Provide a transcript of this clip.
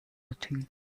nothing